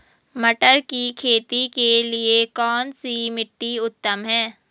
मटर की खेती के लिए कौन सी मिट्टी उत्तम है?